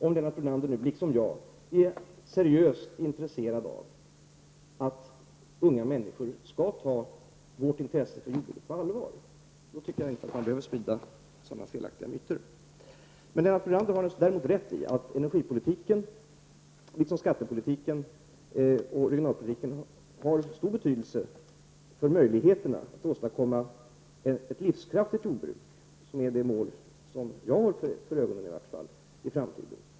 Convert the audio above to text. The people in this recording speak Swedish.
Om Lennart Brunander nu liksom jag är seriöst intresserad av att unga människor skall ta vårt intresse för jordbruket på allvar, då tycker jag inte att man behöver sprida sådana felaktiga myter. Lennart Brunander har däremot rätt i att energipolitiken, liksom skattepolitiken och regionalpolitiken, har stor betydelse för möjligheterna att åstadkomma ett livskraftigt jordbruk, vilket är det mål som jag i varje fall har för ögonen för framtiden.